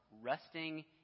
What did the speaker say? resting